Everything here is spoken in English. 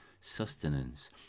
sustenance